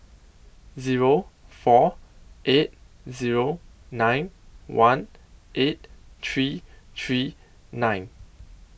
Zero four eight Zero nine one eight three three nine